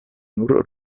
nur